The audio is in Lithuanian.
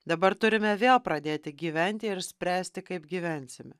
dabar turime vėl pradėti gyventi ir spręsti kaip gyvensime